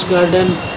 Gardens